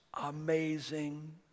Amazing